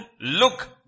look